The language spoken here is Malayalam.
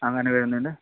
അങ്ങനെ വരുന്നുണ്ട്